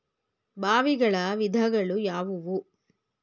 ಬಾವಿಗಳ ವಿಧಗಳು ಯಾವುವು?